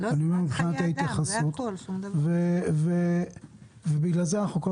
אני אומר מבחינת ההתייחסות ובגלל זה אנחנו כל